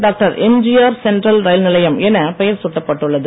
doctor MGR central rail நிலையம் என பெயர் சூட்டப் பட்டுள்ளது